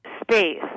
space